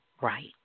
right